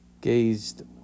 gazed